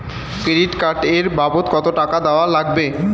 Credit card এর বাবদ কতো টাকা দেওয়া লাগবে?